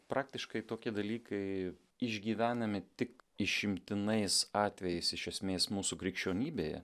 praktiškai tokie dalykai išgyvenami tik išimtinais atvejais iš esmės mūsų krikščionybėje